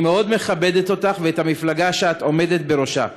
אני מאוד מכבדת אותך ואת המפלגה שאת עומדת בראשה,